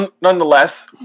nonetheless